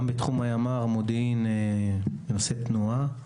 גם בתחום הימ"ר, מודיעין, נושאי תנועה,